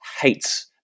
hates